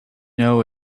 know